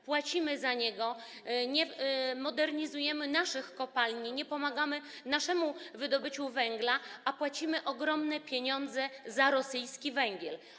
Płacimy za niego, nie modernizujemy naszych kopalni, nie pomagamy naszemu wydobyciu węgla, a płacimy ogromne pieniądze za rosyjski węgiel.